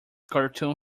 cartoon